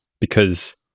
Because-